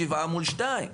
שבעה מול שניים.